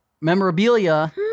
memorabilia